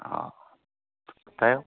हा त